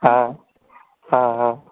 ஆ ஆ ஆ